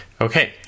Okay